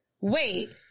wait